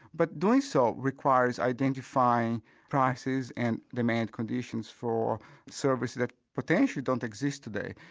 but doing so requires identifying prices and demand conditions for services that potentially don't exist today,